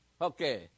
Okay